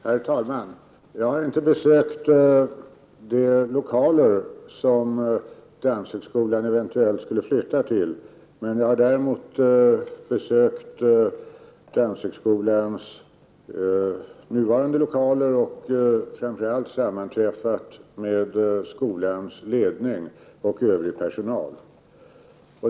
Herr talman! Jag har inte besökt de lokaler som Danshögskolan eventuellt skall flytta till. Jag har däremot besökt Danshögskolans nuvarande lokaler och framför allt sammanträffat med skolans ledning och övrig personal.